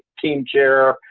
team chair,